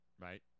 right